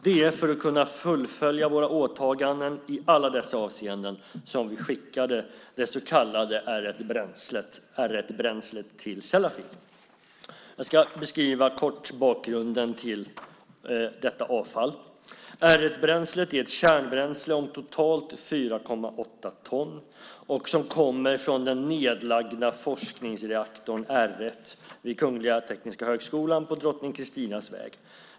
Det var för att kunna fullfölja våra åtaganden i alla dessa avseenden som vi skickade det så kallade R 1-bränslet till Sellafield. Jag ska kort beskriva bakgrunden till detta avfall. R 1-bränslet är ett kärnbränsle om totalt 4,8 ton och kommer från den nedlagda forskningsreaktorn R 1 vid Kungl. Tekniska högskolan, KTH, på Drottning Kristinas väg.